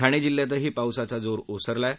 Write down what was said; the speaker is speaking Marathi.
ठाणांजिल्ह्यातही पावसाचा जोर ओसरला आहे